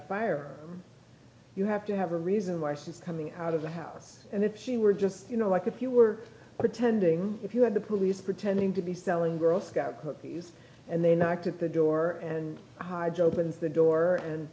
fire you have to have a reason why she's coming out of the house and if she were just you know what if you were pretending if you had the police pretending to be selling girl scout cookies and they knocked at the door and high job and the door and